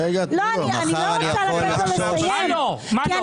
אני לא רוצה לתת לו לסיים את דבריו כי אני